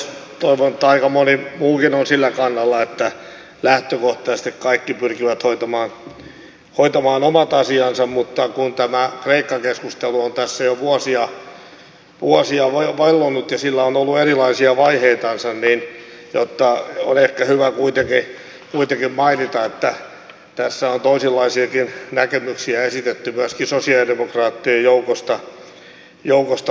toivon että aika moni muukin on sillä kannalla että lähtökohtaisesti kaikki pyrkivät hoitamaan omat asiansa mutta kun tämä kreikka keskustelu on tässä jo vuosia vellonut ja sillä on ollut erilaisia vaiheitansa niin on ehkä hyvä kuitenkin mainita että on toisenlaisiakin näkemyksiä esitetty myöskin sosialidemokraattien joukosta